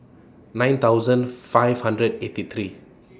nine thousand five hundred eighty three